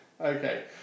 Okay